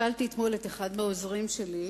שאלתי אתמול את אחד מהעוזרים שלי,